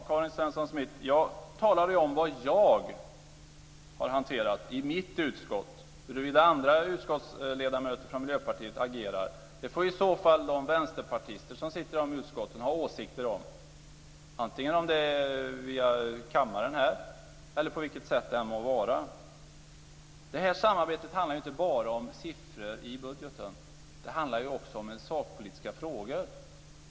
Fru talman! Jag talade om vad jag har hanterat i mitt utskott, Karin Svensson Smith. Hur andra utskottsledamöter från Miljöpartiet agerar får de vänsterpartister som sitter i de utskotten ha åsikter om. Det kan ske via kammaren här eller på något annat sätt. Det här samarbetet handlar inte bara om siffror i budgeten. Det handlar också om sakpolitiska frågor.